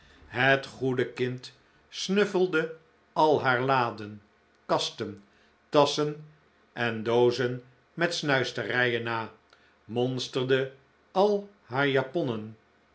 het goede kind snuffelde al haar laden kasten tasschen en doozen met snuisterijen na monsterde al haar japonnen